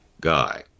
guy